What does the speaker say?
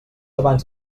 abans